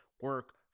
Work